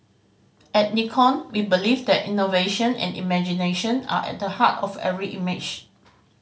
at Nikon we believe that innovation and imagination are at the heart of every image